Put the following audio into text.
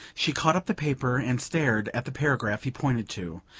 she caught up the paper and stared at the paragraph he pointed to.